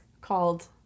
called